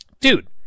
Dude